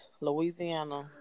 Louisiana